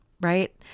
right